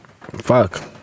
fuck